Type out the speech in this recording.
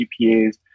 GPAs